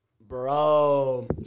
Bro